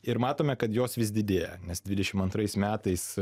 ir matome kad jos vis didėja nes dvidešimt antrais metais